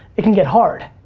it can get hard.